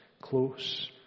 close